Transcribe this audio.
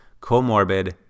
comorbid